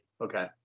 Okay